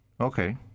okay